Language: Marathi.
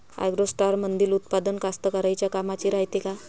ॲग्रोस्टारमंदील उत्पादन कास्तकाराइच्या कामाचे रायते का?